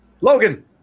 logan